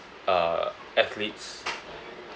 uh athletes